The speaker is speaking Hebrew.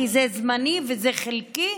כי זה זמני וזה חלקי,